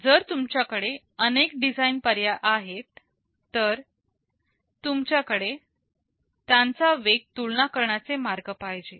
आणि जर तुमच्याकडे अनेक डिझाईन पर्याय आहेत तर तुमच्याकडे त्यांचे वेग तुलना करण्याचे मार्ग पाहिजे